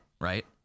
right